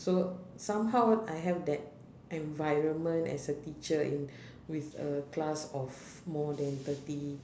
so somehow I have that environment as a teacher in with a class of more than thirty